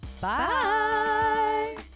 Bye